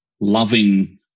loving